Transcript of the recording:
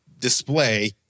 display